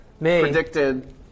predicted